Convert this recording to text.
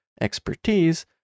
expertise